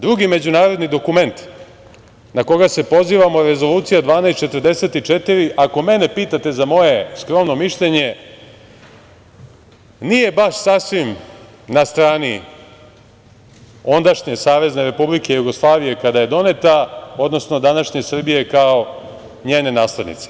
Drugi međunarodni dokument na koji se pozivamo, Rezolucija 1244, ako mene pitate za moje skromno mišljenje, nije baš sasvim na strani ondašnje SRJ kada je doneta, odnosno današnje Srbije kao njene naslednice.